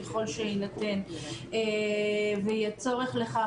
ככל שיינתן ויהיה צורך בכך,